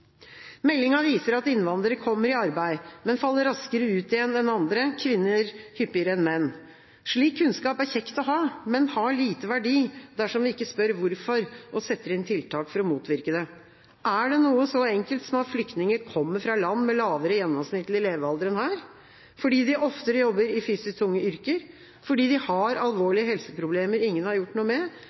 Meldinga viser at innvandrere kommer i arbeid, men faller raskere ut igjen enn andre, kvinner hyppigere enn menn. Slik kunnskap er kjekk å ha, men har liten verdi dersom vi ikke spør hvorfor og setter inn tiltak for å motvirke det. Er det noe så enkelt som at flyktninger kommer fra land med lavere gjennomsnittlig levealder enn her? Fordi de oftere jobber i fysisk tunge yrker? Fordi de har alvorlige helseproblemer ingen har gjort noe med?